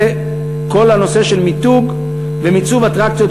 וכל הנושא של מיתוג ומיצוב אטרקציות